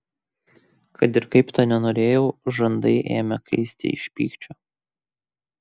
kad ir kaip to nenorėjau žandai ėmė kaisti iš pykčio